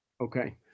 Okay